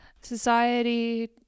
society